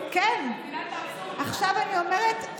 עכשיו אני אומרת,